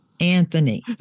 Anthony